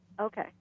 Okay